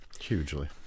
Hugely